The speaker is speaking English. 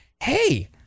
hey